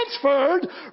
transferred